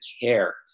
care